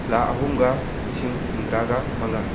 ꯂꯥꯛ ꯑꯍꯨꯝꯒ ꯂꯤꯁꯤꯡ ꯍꯨꯝꯗ꯭ꯔꯥꯒ ꯃꯉꯥ